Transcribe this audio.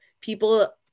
people